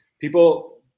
People